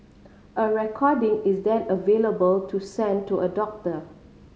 a recording is then available to send to a doctor